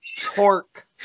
torque